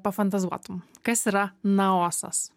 pafantazuotum kas yra naosas